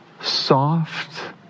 Soft